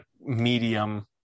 medium